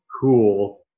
cool